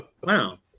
Wow